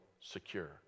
secure